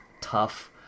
tough